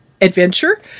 adventure